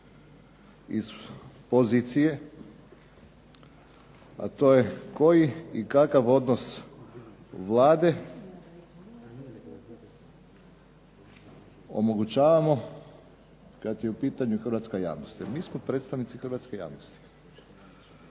iz pozicije a to je koji i kakav odnos Vlade omogućavamo kada je u pitanju Hrvatska javnost jer mi smo predstavnici hrvatske javnosti.